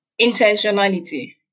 Intentionality